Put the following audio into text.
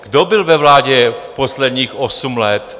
Kdo byl ve vládě posledních osm let?